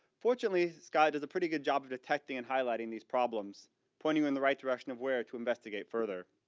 fortunately, sky does a pretty good job at detecting and highlighting these problems pointing you in the right direction of where to investigate further.